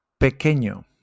Pequeño